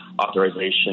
Authorization